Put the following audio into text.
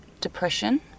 depression